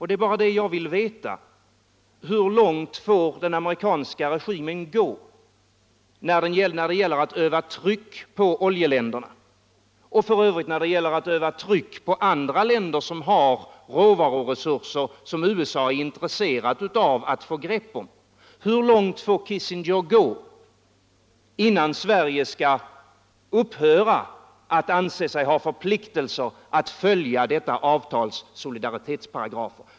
Det är bara detta jag vill veta: Hur långt får den amerikanska regimen gå när det gäller att öva tryck på oljeländerna och för övrigt även andra länder som har råvaruresurser som USA är intresserat av att få grepp om? Hur. långt får Kissinger gå innan Sverige upphör att anse sig ha förpliktelser att följa avtalets solidaritetsparagrafer?